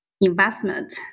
investment